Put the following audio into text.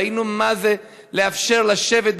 ראינו מה זה לאפשר לשבת,